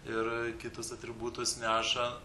ir kitus atributus neša